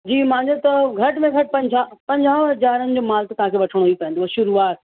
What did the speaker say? जी मुंहिंजो त घट में घटि पंजाह पंजाह हज़ारनि जो मालु त तव्हांखे वठिणो ई पवंदुव शुरूआति